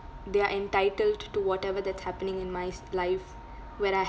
they are entitled to whatever that's happening in my s~ life where I